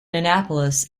annapolis